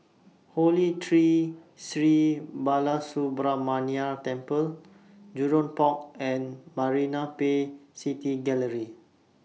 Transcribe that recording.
Holy Tree Sri Balasubramaniar Temple Jurong Port and Marina Bay City Gallery